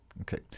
Okay